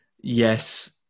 yes